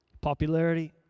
Popularity